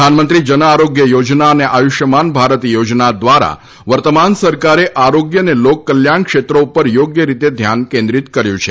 પ્રધાનમંત્રી જન આરોગ્ય યોજના અને આયુષ્યમાન ભારત યોજના દ્વારા વર્તમાન સરકારે આરોગ્ય અને લોક કલ્યાણ ક્ષેત્રો ઉપર યોગ્ય રીતે ધ્યાન કેન્દ્રીત કર્યું છે